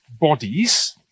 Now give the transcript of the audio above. bodies